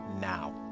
now